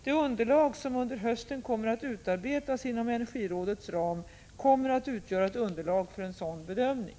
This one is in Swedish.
Det underlag som under hösten kommer att utarbetas inom Energirådets ram kommer att utgöra ett underlag för en sådan bedömning.